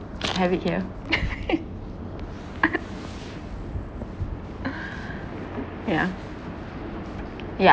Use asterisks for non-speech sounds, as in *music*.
I have it here *laughs* yeah yeah